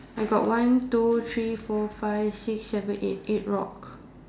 I got one two three four five six seven eight eight rock